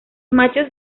machos